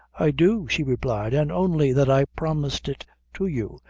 i do, she replied an' only that i promised it to you,